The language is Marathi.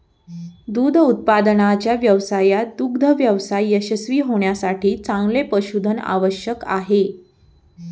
दूध उत्पादनाच्या व्यवसायात दुग्ध व्यवसाय यशस्वी होण्यासाठी चांगले पशुधन आवश्यक आहे